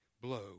blow